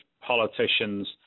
politicians